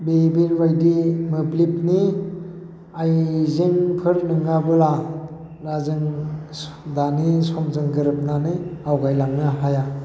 नै बेबायदि मोब्लिबनि आइजेंफोर नङाब्ला बा जों दानि समजों गोरोबनानै आवगायलांनो हाया